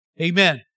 Amen